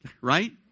right